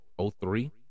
03